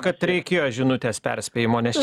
kad reikėjo žinutės perspėjimo nes